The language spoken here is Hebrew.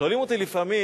שואלים אותי לפעמים,